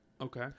Okay